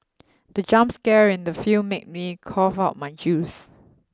the jump scare in the film made me cough out my juice